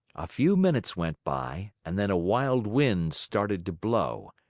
a few minutes went by and then a wild wind started to blow.